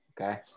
okay